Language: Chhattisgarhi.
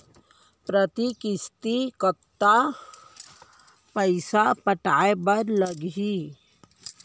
प्रति किस्ती कतका पइसा पटाये बर लागही?